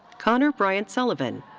conor bryant sullivan.